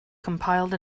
compiled